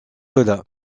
cela